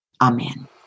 Amen